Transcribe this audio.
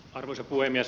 arvoisa puhemies